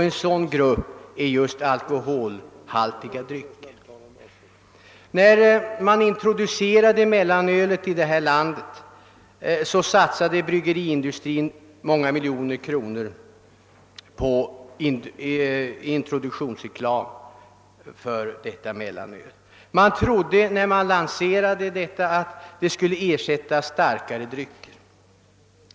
En sådan grupp är just alkoholhaltiga drycker. När mellanölet introducerades i detta land satsade bryggeriindustrin många miljoner kronor på introduktionsreklam för detta mellanöl. Man trodde när man lanserade mellanölet att det skulle ersätta starkare drycker.